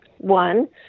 one